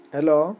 Hello